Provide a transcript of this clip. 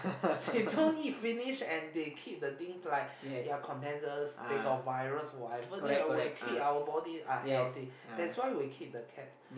they don't eat finish and they keep the things like ya condenses they got virus whatever thing ah will keep our body unhealthy that's why we keep the cats